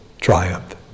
triumph